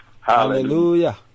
Hallelujah